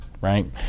right